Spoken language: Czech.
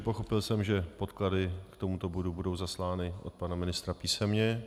Pochopil jsem, že podklady k tomuto bodu budou zaslány od pana ministra písemně.